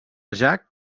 jack